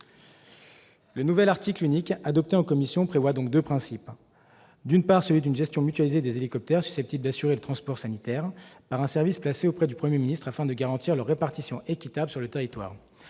Le nouvel article unique, adopté en commission, prévoit donc deux principes : d'une part, une gestion mutualisée des hélicoptères susceptibles d'assurer le transport sanitaire, par un service placé auprès du Premier ministre, afin de garantir leur répartition équitable sur le territoire